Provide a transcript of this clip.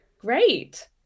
great